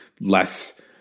less